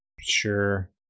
Sure